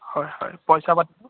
হয় হয় পইচা পাতিতো